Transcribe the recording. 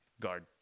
guard